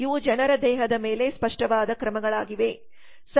ಇವು ಜನರ ದೇಹದ ಮೇಲೆ ಸ್ಪಷ್ಟವಾದ ಕ್ರಮಗಳಾಗಿವೆ